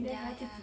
yeah yeah